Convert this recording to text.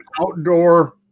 outdoor